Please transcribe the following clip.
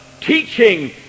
Teaching